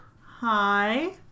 hi